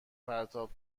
پرتاب